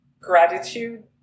gratitude